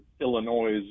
Illinois